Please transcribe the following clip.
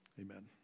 amen